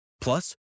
Plus